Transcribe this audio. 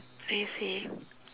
I see